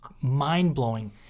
mind-blowing